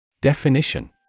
Definition